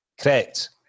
Correct